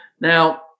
now